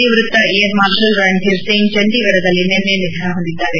ನಿವೃತ್ತ air marshal Randhir Singh ಚಂಡೀಗಢದಲ್ಲಿ ನಿನ್ನೆ ನಿಧನ ಹೊಂದಿದ್ದಾರೆ